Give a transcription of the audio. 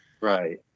right